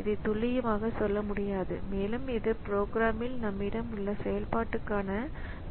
இதைத் துல்லியமாகச் சொல்ல முடியாது மேலும் இது புரோகிராமில் நம்மிடம் உள்ள செயல்பாட்டுக்கான